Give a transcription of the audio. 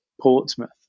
Portsmouth